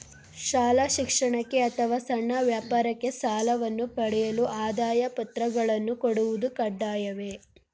ಶಾಲಾ ಶಿಕ್ಷಣಕ್ಕೆ ಅಥವಾ ಸಣ್ಣ ವ್ಯಾಪಾರಕ್ಕೆ ಸಾಲವನ್ನು ಪಡೆಯಲು ಆದಾಯ ಪತ್ರಗಳನ್ನು ಕೊಡುವುದು ಕಡ್ಡಾಯವೇ?